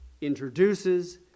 introduces